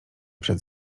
przed